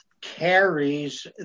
carries